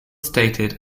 stated